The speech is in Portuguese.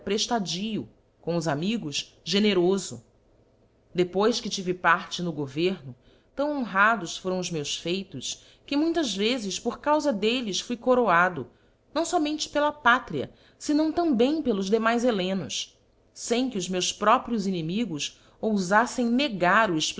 preftadío com os amigos generofo depois que tive parte no governo tão honrados foram os meus feitos que muitas vezes por caufa delles fui coroado não fomente pela pátria fenão também pelos demais jíellenos fem que os meus próprios inimigos oufaítei negar